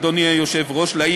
אדוני היושב-ראש,